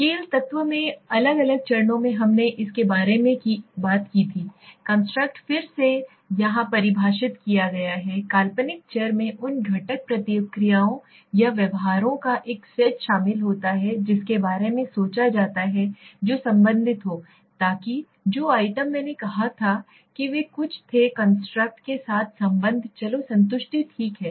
scale तत्व में अलग अलग चरणों में हमने इसके बारे में बात की थी कंस्ट्रक्ट फिर से यहां परिभाषित किया है काल्पनिक चर में उन घटक प्रतिक्रियाओं या व्यवहारों का एक सेट शामिल होता है जिनके बारे में सोचा जाता है जो संबंधित हो ताकि जो आइटम मैंने कहा था कि वे कुछ थे कंस्ट्रक्ट के साथ संबंध चलो संतुष्टि ठीक है